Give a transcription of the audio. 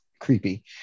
creepy